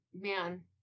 Man